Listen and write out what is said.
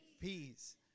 Peace